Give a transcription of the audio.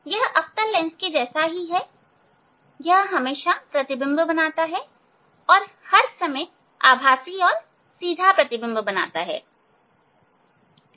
यह अवतल लेंस के जैसा ही है यह हमेशा प्रतिबिंब बनाता है यह हर समय आभासी और सीधा प्रतिबिंब बनाता है